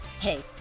Hey